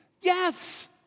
Yes